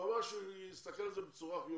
מור יוסף אמר שהוא יסתכל על זה בצורה חיובית.